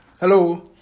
Hello